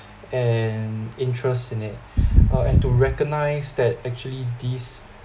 and interest in it uh and to recognise that actually this